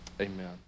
Amen